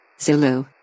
Zulu